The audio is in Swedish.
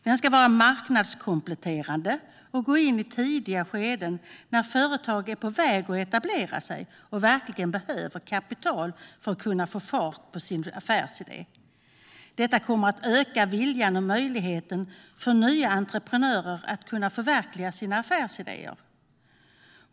Den ska vara marknadskompletterande och gå in i tidiga skeden när företag är på väg att etablera sig och verkligen behöver kapital för att kunna få fart på sina affärsidéer. Detta kommer att öka viljan och möjligheten för nya entreprenörer att förverkliga sina affärsidéer.